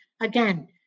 Again